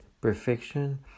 perfection